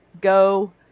go